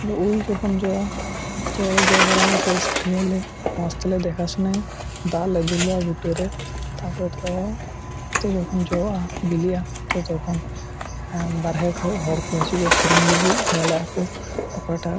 ᱟᱫᱚ ᱩᱞ ᱡᱚᱠᱷᱚᱱ ᱡᱚᱜᱼᱟ ᱛᱚ ᱡᱚ ᱵᱟᱲᱟ ᱠᱟᱛᱮ ᱮᱥᱯᱨᱮᱭᱟᱞᱮ ᱢᱚᱡᱽ ᱛᱮᱞᱮ ᱫᱮᱠᱷᱟ ᱥᱩᱱᱟᱭᱟ ᱫᱟᱜ ᱞᱮ ᱫᱩᱞᱟ ᱵᱩᱴᱟᱹᱨᱮ ᱛᱟᱨᱯᱚᱨᱮ ᱡᱚᱠᱷᱚᱱ ᱡᱚᱜᱼᱟ ᱵᱤᱞᱤᱜᱼᱟ ᱛᱚ ᱛᱚᱠᱷᱚᱱ ᱵᱟᱦᱨᱮ ᱠᱷᱚᱡ ᱦᱚᱲ ᱠᱚ ᱦᱤᱡᱩᱜᱼᱟ ᱠᱤᱨᱤᱧ ᱞᱟᱹᱜᱤᱫ ᱧᱮᱞ ᱟᱜ ᱠᱚ ᱚᱠᱚᱭᱴᱟᱜ